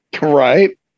Right